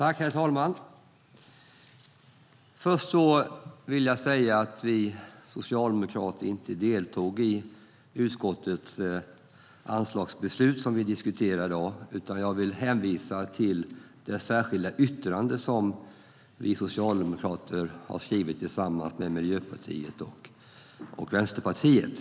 Herr talman! Först vill jag säga att vi socialdemokrater inte deltog i utskottets anslagsbeslut som vi diskuterar i dag. Jag vill i stället hänvisa till det särskilda yttrande som vi socialdemokrater har skrivit tillsammans med Miljöpartiet och Vänsterpartiet.